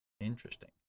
interesting